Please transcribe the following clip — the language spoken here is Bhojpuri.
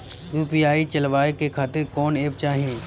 यू.पी.आई चलवाए के खातिर कौन एप चाहीं?